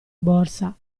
borsa